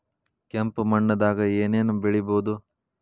ಕೆಂಪು ಮಣ್ಣದಾಗ ಏನ್ ಏನ್ ಬೆಳಿಬೊದು?